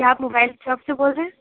کیا آپ mobile shop سے بول رہے ہیں